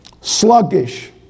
sluggish